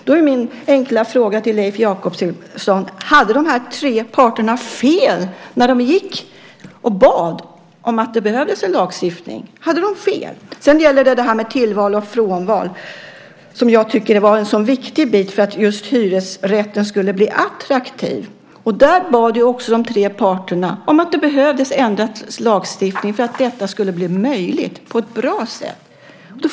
Då blir min enkla fråga till Leif Jakobsson: Hade de tre parterna fel när de bad om en lagstiftning, när de sade att det behövs en lagstiftning? Sedan gäller det detta med tillval och frånval. Det tycker jag är en så viktig bit för att just hyresrätten ska bli attraktiv. Där bad också de tre parterna om en ändrad lagstiftning för att detta skulle bli möjligt på ett bra sätt.